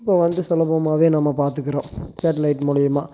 இப்போ வந்து சுலபமாகவே நம்ம பார்த்துக்கிறோம் ஷேட்லைட் மூலயமா